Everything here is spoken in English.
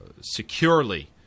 securely